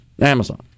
Amazon